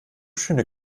schöne